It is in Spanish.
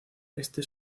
este